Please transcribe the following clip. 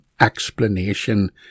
explanation